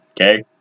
okay